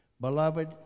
Beloved